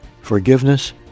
forgiveness